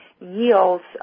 yields